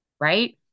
Right